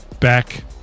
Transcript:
back